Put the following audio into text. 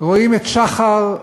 רואים את שח"ר,